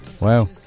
Wow